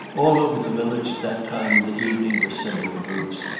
all over the village at that time in the evening were similar groups,